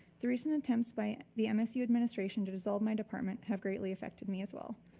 the recent attempts by the msu administration to dissolve my department have greatly affected me as well.